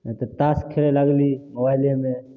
फेर तास खेले लगली मोबाइलेमे